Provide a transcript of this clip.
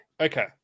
Okay